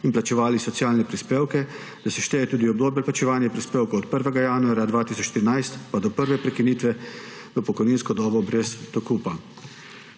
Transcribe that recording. in plačevali socialne prispevke, šteje tudi obdobje plačevanja prispevkov od 1. januarja 2014 pa do prve prekinitve v pokojninsko dobo brez dokupa.